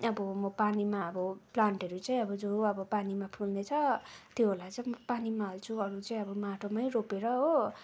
अब म पानीमा अब प्लान्टहरू चाहिँ अब जो अब पानीमा फुल्ने छ त्योहरूलाई चाहिँ म पानीमा हाल्छु अरू चाहिँ माटोमा रोपेर हो